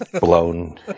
Blown